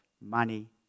money